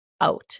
out